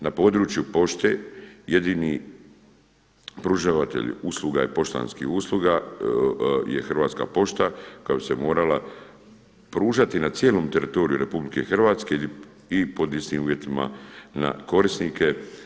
Na području pošte jedini pružatelj usluga je, poštanskih usluga je Hrvatska pošta koja bi se morala pružati na cijelom teritoriju RH i pod istim uvjetima na korisnike.